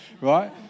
right